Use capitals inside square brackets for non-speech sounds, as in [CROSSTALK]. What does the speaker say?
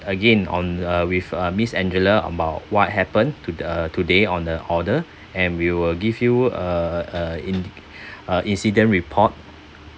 again on uh with uh miss angela about what happen to uh today on the order and we will give you a uh in [BREATH] uh incident report